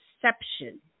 perception